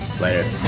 Later